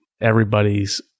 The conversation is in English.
everybody's